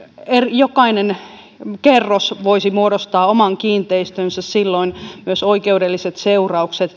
jokainen kerros voisi muodostaa oman kiinteistönsä silloin myös oikeudelliset seuraukset